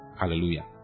Hallelujah